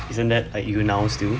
isn't that are you now still